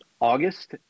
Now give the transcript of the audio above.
August